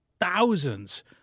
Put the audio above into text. thousands